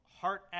heart